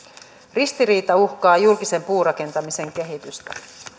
ristiriita uhkaa julkisen puurakentamisen kehitystä